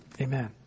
Amen